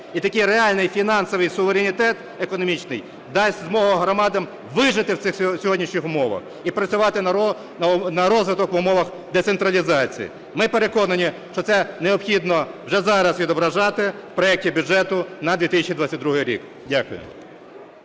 І такий реальний фінансовий суверенітет економічний дасть змогу громадам вижити в цих сьогоднішніх умовах і працювати на розвиток в умовах децентралізації. Ми переконані, що це необхідно вже зараз відображати в проекті бюджету на 2022 рік. Дякую.